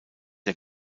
der